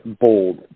bold